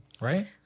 right